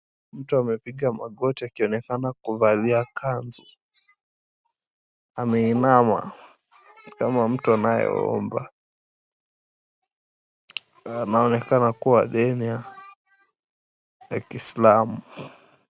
Mtu amepiga magoti huku akionekana kuvalia kanzu. Ameinama kama mtu anayeomba. Anonekana kuwa dini ya kiislamu.